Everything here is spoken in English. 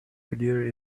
clear